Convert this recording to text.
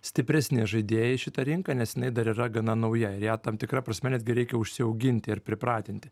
stipresni žaidėjai į šitą rinką nes jinai dar yra gana nauja ir ją tam tikra prasme netgi reikia užsiauginti ir pripratinti